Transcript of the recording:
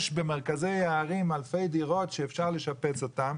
יש במרכזי הערים אלפי דירות שאפשר לשפץ אותן,